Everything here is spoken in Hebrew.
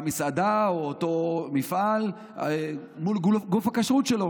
מסעדה או אותו מפעל מול גוף הכשרות שלו.